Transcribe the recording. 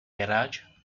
garage